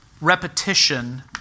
repetition